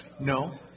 No